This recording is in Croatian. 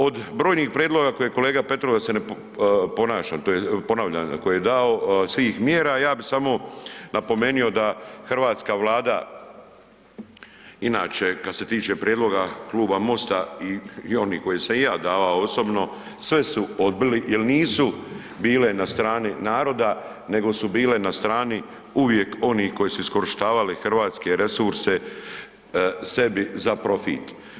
Od brojnih prijedloga koji je kolega Petrov da se ne ponavljam koje je dao svih mjera, ja bih samo napomenuo da hrvatska Vlada inače kada se tiče prijedloga kluba MOST-a i onih koje sam i ja davao osobno sve su odbili jel nisu bile na strani naroda nego su bile na strani uvijek onih koji su iskorištavali hrvatske resurse sebi za profit.